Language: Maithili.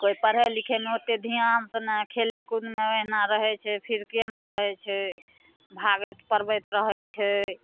कोइ पढ़ै लिखैमे ओतेक धिआनसे नहि खेले कूदमे एहिना रहे छै फिरकिएमे रहै छै भागैत पढ़बैत रहै छै